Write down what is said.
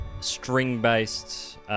string-based